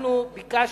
אנחנו ביקשנו,